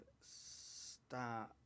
start